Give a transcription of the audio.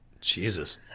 jesus